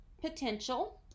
potential